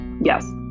Yes